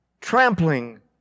trampling